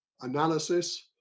analysis